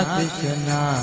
Krishna